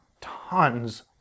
tons